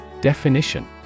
Definition